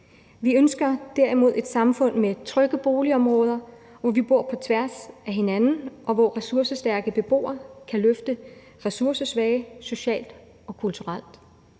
Vi ønsker derimod et samfund med trygge boligområder, hvor vi bor blandet med hinanden , og hvor ressourcestærke beboere kan løfte ressourcesvage socialt og kulturelt.